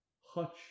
hutch